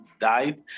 died